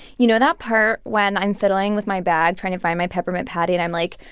you know that part when i'm fiddling with my bag trying to find my peppermint patty and i'm like,